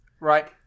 Right